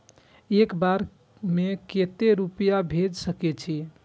एक बार में केते रूपया भेज सके छी?